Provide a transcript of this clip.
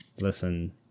Listen